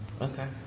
Okay